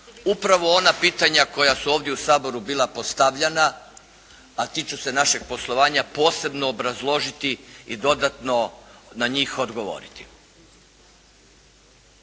upravo ona pitanja koja su ovdje u Saboru bila postavljana a tiču se našeg poslovanja posebno obrazložiti i dodatno na njih odgovoriti.